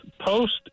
post